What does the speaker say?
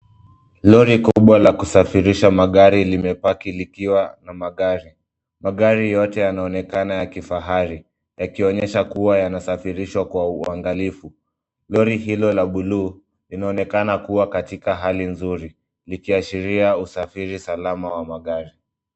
Lori kubwa la kusafirisha magari limepaki likiwa na magari. Magari yote yanaonekana ya kifahari yakionyesha kuwa yanasafirishwa kwa uangalifu. Lori hilo la buluu linaonekana likiwa katika hali nzuri likiashiria usafiri salama wa magari.